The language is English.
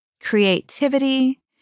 creativity